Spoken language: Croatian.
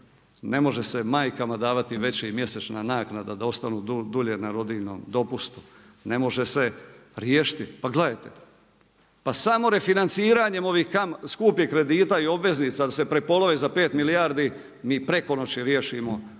ne može se majkama davati veća mjesečna naknada da ostanu dulje na rodiljinom dopustu, ne može se riješiti. Pa gledajte, pa samo refinanciranjem ovih skupih kredita i obveznica da se prepolovi za 5 milijardi mi preko noći riješimo